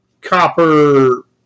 copper